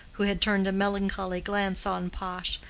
who had turned a melancholy glance on pash.